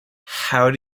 how